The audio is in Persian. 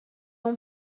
اون